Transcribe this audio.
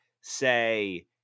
say